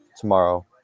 tomorrow